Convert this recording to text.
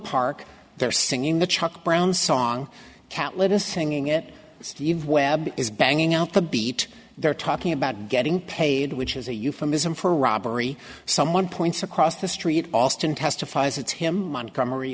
park there singing the chuck brown song catlett is singing it steve webb is banging out the beat they're talking about getting paid which is a euphemism for robbery someone points across the street alston testifies it's him montgomery